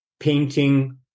Painting